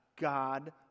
God